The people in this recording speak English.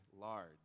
large